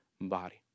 body